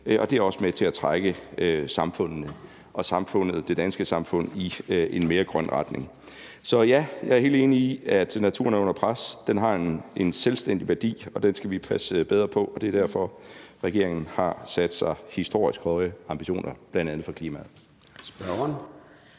og også er med til at trække samfundene og det danske samfund i en mere grøn retning. Så ja, jeg er helt enig i, at naturen er under pres. Den har en selvstændig værdi, og den skal vi bedre passe på. Og det er derfor, at regeringen har sat historisk høje ambitioner, bl.a. for klimaet.